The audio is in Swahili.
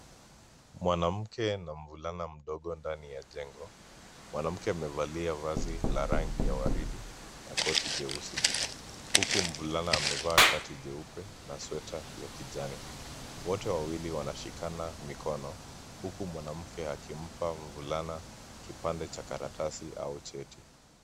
Mwanamke na mvulana mdogo ndani ya jengo. Mwanamke amevalia vazi la rangi ya waridi na koti jeusi, huku mvulana amevaa shati nyeupe na sweta ya kijani. Wote wawili wanashikana mikono huku mwanamke akimpa mvulana kipande cha karatasi au cheti.